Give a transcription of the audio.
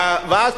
ואז,